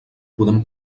podem